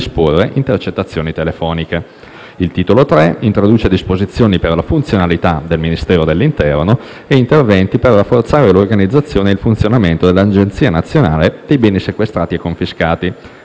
Il titolo III introduce disposizioni per la funzionalità del Ministero dell'interno e interventi per rafforzare l'organizzazione e il funzionamento dell'Agenzia nazionale dei beni sequestrati e confiscati.